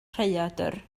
rhaeadr